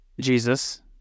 Jesus